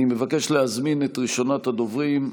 אני מבקש להזמין את ראשונת הדוברים,